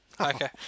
Okay